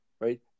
right